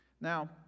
Now